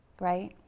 right